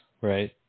right